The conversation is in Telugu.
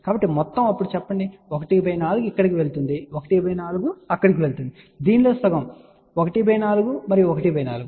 కాబట్టి మొత్తం అప్పుడు చెప్పండి ¼ ఇక్కడకు వెళ్తుంది ¼ అక్కడకు వెళ్తుంది దీనిలో సగ భాగం ¼ మరియు ¼